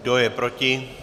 Kdo je proti?